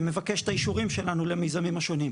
ומבקש את האישורים שלנו למיזמים השונים.